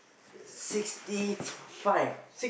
sixty five